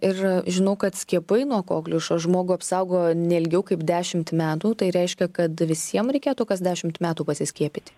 ir žinau kad skiepai nuo kokliušo žmogų apsaugo ne ilgiau kaip dešimt metų tai reiškia kad visiem reikėtų kas dešimt metų pasiskiepyti